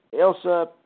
Elsa